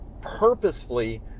purposefully